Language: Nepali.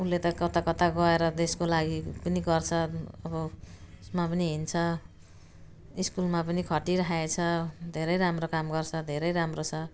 उसले त कता कता गएर देशको लागि पनि गर्छ अब उसमा पनि हिंड्छ स्कुलमा पनि खटिराखेको छ धेरै राम्रो काम गर्छ धेरै राम्रो छ